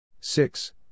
six